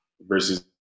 versus